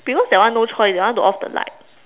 because that one no choice they want to off the light